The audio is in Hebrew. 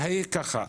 ככה,